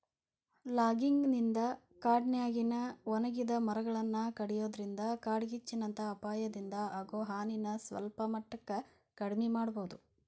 logging ನಿಂದ ಕಾಡಿನ್ಯಾಗಿನ ಒಣಗಿದ ಮರಗಳನ್ನ ಕಡಿಯೋದ್ರಿಂದ ಕಾಡ್ಗಿಚ್ಚಿನಂತ ಅಪಾಯದಿಂದ ಆಗೋ ಹಾನಿನ ಸಲ್ಪಮಟ್ಟಕ್ಕ ಕಡಿಮಿ ಮಾಡಬೋದು